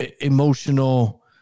emotional